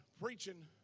preaching